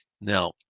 now